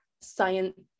science